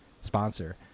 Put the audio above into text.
sponsor